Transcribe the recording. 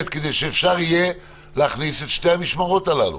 כדי שאפשר יהיה להכניס את שתי המשמרות הללו?